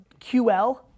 QL